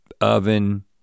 oven